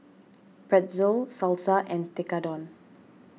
Pretzel Salsa and Tekkadon